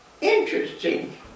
interesting